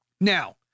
Now